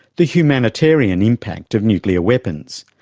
the humanitarian impact of nuclear weapons,